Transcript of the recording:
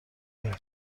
ایم